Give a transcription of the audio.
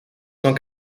cent